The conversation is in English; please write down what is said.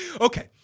Okay